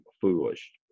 foolish